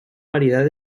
variedad